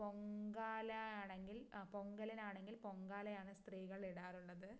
പൊങ്കാല ആണെങ്കിൽ ആ പൊങ്കലിനാണെങ്കിൽ പൊങ്കാലയാണ് സ്ത്രീകൾ ഇടാറുള്ളത്